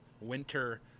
winter